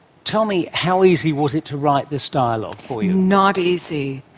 tell me, how easy was it to write this dialogue for you? not easy.